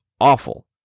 awful